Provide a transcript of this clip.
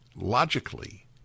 logically